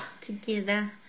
together